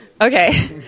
okay